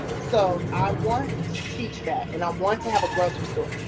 so i want to teach that, and i want to have a grocery store.